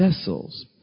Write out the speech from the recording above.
vessels